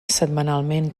setmanalment